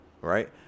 Right